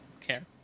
care